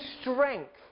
strength